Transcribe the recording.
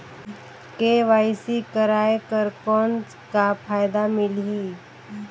KYC कराय कर कौन का फायदा मिलही?